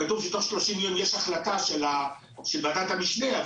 כתוב שתוך 30 יום יש החלטה של ועדת המשנה,